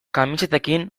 kamisetekin